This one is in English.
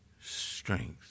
Strength